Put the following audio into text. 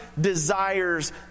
desires